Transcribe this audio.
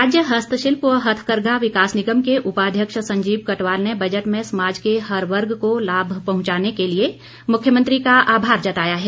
राज्य हस्तशिल्प व हथकरघा विकास निगम के उपाध्यक्ष संजीव कटवाल ने बजट में समाज के हर वर्ग को लाभ पहुंचाने के लिए मुख्यमंत्री का आभार जताया है